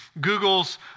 Google's